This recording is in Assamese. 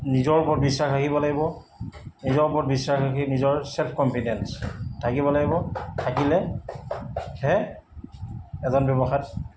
নিজৰ ওপৰত বিশ্বাস ৰাখিব লাগিব নিজৰ ওপৰত বিশ্বাস ৰাখি নিজৰ চেল্ফ কনফিডেন্স থাকিব লাগিব থাকিলে হে এজন ব্যৱসায়ত